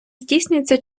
здійснюється